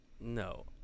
No